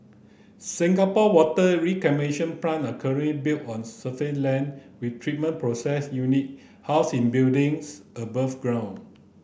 Singapore water reclamation plant are currently built on surface land with treatment process unit housed in buildings above ground